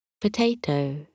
Potato